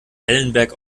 wellenberg